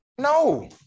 No